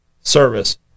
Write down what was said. service